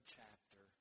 chapter